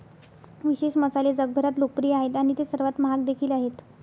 विशेष मसाले जगभरात लोकप्रिय आहेत आणि ते सर्वात महाग देखील आहेत